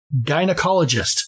gynecologist